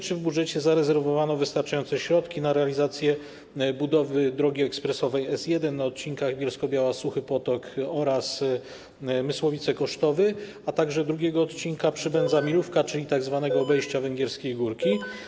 Czy w budżecie zarezerwowano wystarczające środki na realizację budowy drogi ekspresowej S1 na odcinku Bielsko-Biała (Suchy Potok) - Mysłowice (Kosztowy), a także drugiego odcinka Przybędza - Milówka, czyli tzw. obejścia Węgierskiej Górki?